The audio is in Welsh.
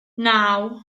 naw